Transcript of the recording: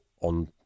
on